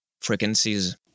frequencies